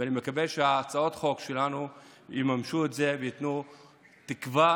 ואני מקווה שהצעות החוק שלנו יממשו את זה וייתנו תקווה